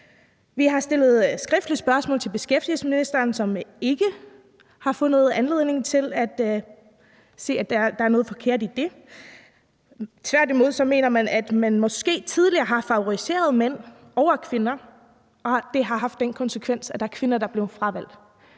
Vi har stillet skriftlige spørgsmål til beskæftigelsesministeren, som ikke har fundet anledning til at sige, at der er noget forkert i det. Tværtimod mener man, at man måske tidligere har favoriseret mænd over kvinder, og det har haft den konsekvens, at der er kvinder, der er blevet fravalgt.